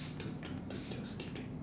dude dude dude just keep it